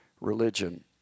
religion